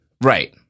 Right